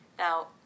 Now